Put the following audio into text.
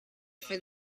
for